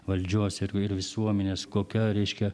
valdžios ir ir visuomenės kokia reiškia